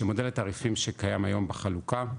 שמודל התעריפים שקיים היום בחלוקה,